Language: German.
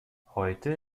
heute